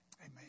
Amen